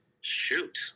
Shoot